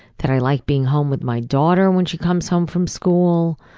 that i like being home with my daughter when she comes home from school.